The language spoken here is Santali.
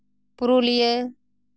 ᱯᱩᱨᱩᱞᱤᱭᱟᱹ